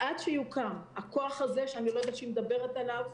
עד שיוקם הכוח הזה שהיא מדברת עליו,